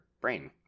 brain